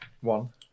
One